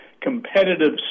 competitive